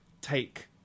take